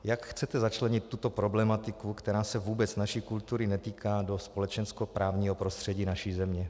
Jak chcete začlenit tuto problematiku, která se vůbec naší kultury netýká, do společenskoprávního prostředí naše země?